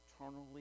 eternally